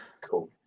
Cool